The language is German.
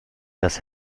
das